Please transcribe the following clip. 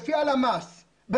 לפי הלשכה המרכזית לסטטיסטיקה.